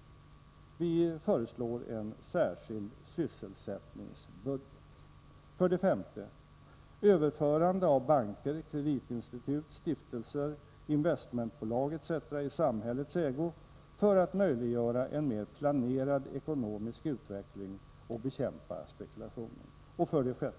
— vi föreslår en särskild sysselsättningsbudget. 5. Överförande av banker, kreditinstitut, stiftelser, investmentbolag etc. i samhällets ägo för att möjliggöra en mer planerad ekonomisk utveckling och för att bekämpa spekulationen. 6.